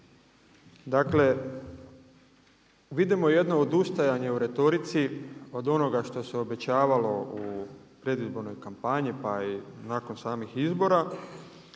Dakle, vidimo jedno odustajanje u retorici od onoga što se obećavalo u predizbornoj kampanji pa i nakon samih izbora